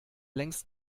längst